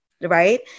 right